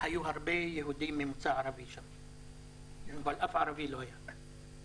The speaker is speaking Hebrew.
היו הרבה יהודים ממוצא ערבי אבל אף ערבי לא היה שם.